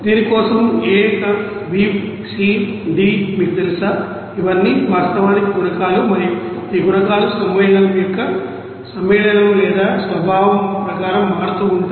దీని కోసం a b c d మీకు తెలుసా ఇవన్నీ వాస్తవానికి గుణకాలు మరియు ఈ గుణకాలు సమ్మేళనం యొక్క సమ్మేళనం లేదా స్వభావం ప్రకారం మారుతూ ఉంటాయి